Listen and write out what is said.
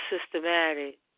systematic